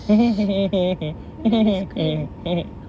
can you hear scream